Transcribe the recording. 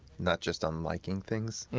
not just on liking, things,